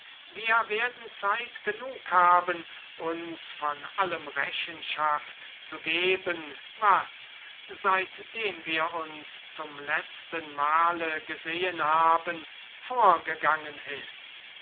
wir werden zeit genug haben uns von allem was seitdem wir uns zum letzten mal gesehen haben vorgegangen ist